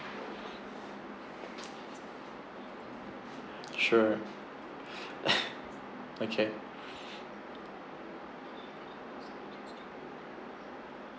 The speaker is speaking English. sure okay